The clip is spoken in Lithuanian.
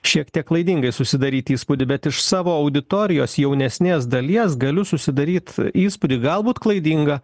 šiek tiek klaidingai susidaryt įspūdį bet iš savo auditorijos jaunesnės dalies galiu susidaryt įspūdį galbūt klaidingą